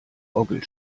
orgel